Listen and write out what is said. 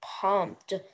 pumped